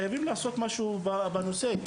חייבים לעשות משהו בנושא הזה,